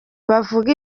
bavuga